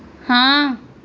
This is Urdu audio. ہاں